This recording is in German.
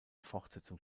fortsetzung